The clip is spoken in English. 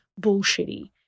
bullshitty